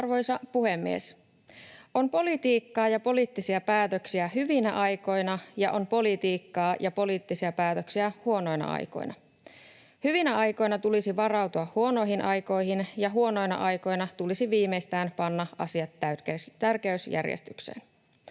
Arvoisa puhemies! On politiikkaa ja poliittisia päätöksiä hyvinä aikoina, ja on politiikkaa ja poliittisia päätöksiä huonoina aikoina. Hyvinä aikoina tulisi varautua huonoihin aikoihin, ja huonoina aikoina tulisi viimeistään panna asiat tärkeysjärjestykseen.